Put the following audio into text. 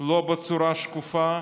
לא בצורה שקופה,